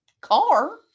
car